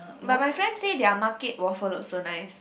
but my friend say their market waffle also nice